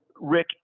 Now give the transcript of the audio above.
Rick